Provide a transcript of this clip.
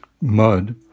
mud